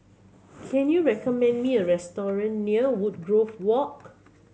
can you recommend me a restaurant near Woodgrove Walk